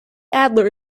adler